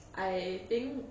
I think